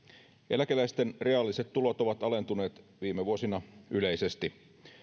eläkeläisten reaaliset tulot ovat alentuneet viime vuosina yleisesti